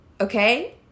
Okay